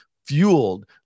Fueled